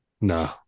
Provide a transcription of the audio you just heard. No